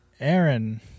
Aaron